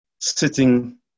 Sitting